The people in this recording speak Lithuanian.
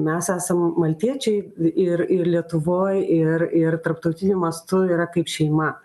mes esam maltiečiai ir ir lietuvoj ir ir tarptautiniu mastu yra kaip šeima